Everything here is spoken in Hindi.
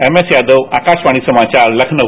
एमएस यादव आकाशवाणी समाचाए लखनऊ